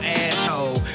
asshole